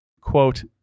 quote